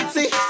See